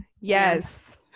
Yes